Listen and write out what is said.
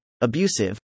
abusive